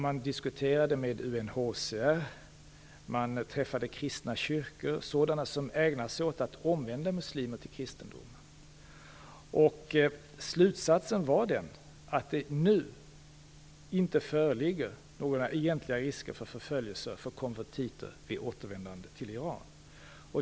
Man diskuterade med UNHCR, och man träffade företrädare för kristna kyrkor som ägnat sig åt att omvända muslimer till kristendom, och slutsatsen var den att det nu inte föreligger några egentliga risker för förföljelse av konvertiter vid återvändande till Iran.